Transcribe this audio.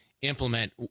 implement